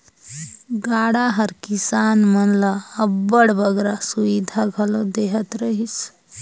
गाड़ा हर किसान मन ल अब्बड़ बगरा सुबिधा घलो देहत रहिस